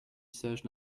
sages